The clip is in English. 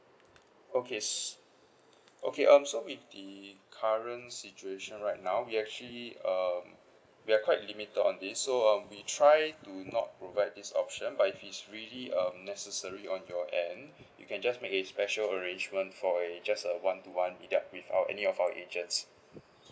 okay s~ okay um so with the current situation right now we actually um we're quite limit on this so um we try to not provide this option but if it's really um necessary on your end you can just make a special arrangement for a just a one to one meetup with our any of our agents